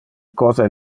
cosa